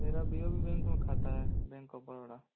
मेरा B O B bank में खाता है बैंक ऑफ़ बड़ौदा